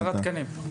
עשרה תקנים?